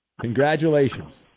Congratulations